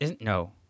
no